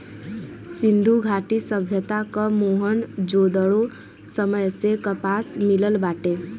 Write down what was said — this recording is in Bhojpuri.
सिंधु घाटी सभ्यता क मोहन जोदड़ो समय से कपास मिलल बाटे